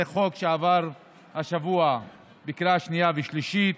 זה חוק שעבר השבוע בקריאה שנייה ושלישית,